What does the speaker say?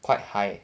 quite high